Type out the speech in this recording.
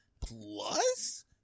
Plus